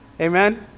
Amen